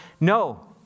No